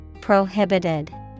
prohibited